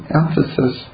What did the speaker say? emphasis